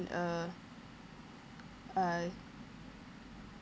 uh I